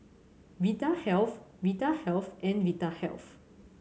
Vitahealth Vitahealth and Vitahealth